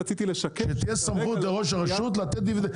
שתהיה סמכות לראש רשות להעביר דיבידנד.